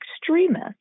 extremists